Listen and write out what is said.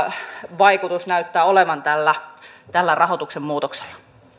vaikutus näyttää olevan tällä tällä rahoituksen muutoksella